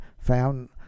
found